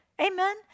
Amen